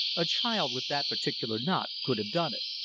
a child with that particular knot could have done it.